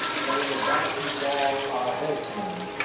that in the black he saw a headsman,